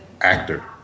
actor